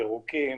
פירוקים,